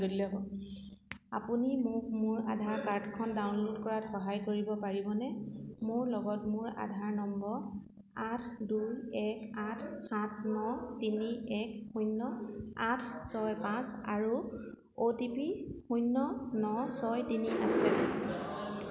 আপুনি মোক মোৰ আধাৰ কাৰ্ডখন ডাউনল'ড কৰাত সহায় কৰিব পাৰিবনে মোৰ লগত মোৰ আধাৰ নম্বৰ আঠ দুই এক আঠ সাত ন তিনি এক শূন্য আঠ ছয় পাঁচ আৰু অ' টি পি শূন্য ন ছয় তিনি আছে